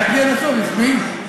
חכי עד הסוף, תשמעי.